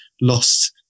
lost